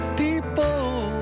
people